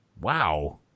Wow